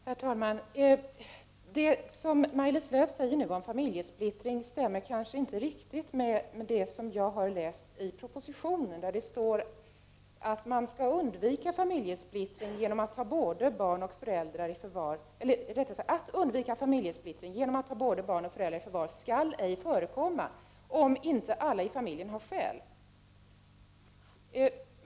Herr talman! Det som Maj-Lis Lööw nu har sagt om familjesplittring stämmer kanske inte riktigt med det som jag har läst i propositionen. Där framgår det att familjesplittring genom att ta både barn och föräldrar i förvar skall ej förekomma, om inte alla i familjen har skäl.